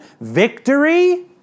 victory